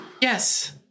yes